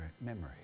memory